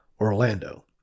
Orlando